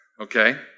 Okay